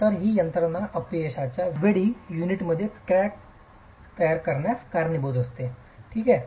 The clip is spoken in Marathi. तर ही यंत्रणा अपयशाच्या वेळी युनिटमध्ये क्रॅक तयार होण्यास कारणीभूत आहे ठीक आहे